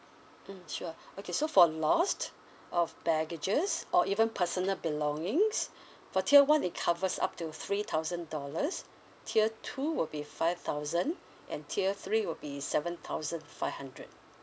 mm sure okay so for loss of baggages or even personal belongings for tier one it covers up to three thousand dollars tier two will be five thousand and tier three will be seven thousand five hundred